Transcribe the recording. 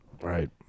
Right